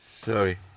Sorry